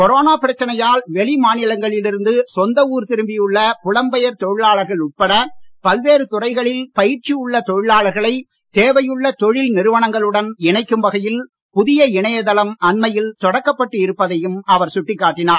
corona பிரச்சனையால் வெளி மாநிலங்களில் இருந்து சொந்த ஊர் திரும்பியுள்ள புலம்பெயர் தொழிலாளர்கள் உட்பட பல்வேறு துறைகளில் பயிற்சி உள்ள தொழிலாளர்களை தேவையுள்ள தொழில் நிறுவனங்களுடன் இணைக்கும் வகையில் புதிய இணையதளம் அண்மையில் தொடக்கப்பட்டு இருப்பதையும் அவர் சுட்டிக் காட்டினார்